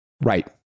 right